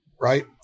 right